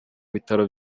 bitaro